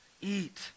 Eat